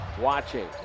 watching